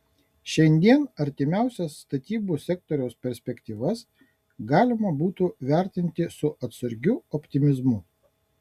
šiandien artimiausias statybų sektoriaus perspektyvas galima būtų vertinti su atsargiu optimizmu